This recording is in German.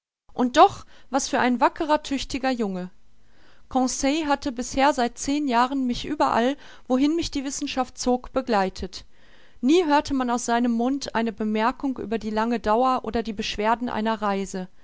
und doch was für ein wackerer tüchtiger junge conseil hatte bisher seit zehn jahren mich überall wohin mich die wissenschaft zog begleitet nie hörte man aus seinem mund eine bemerkung über die lange dauer oder die beschwerden einer reise